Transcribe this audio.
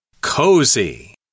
cozy